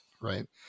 Right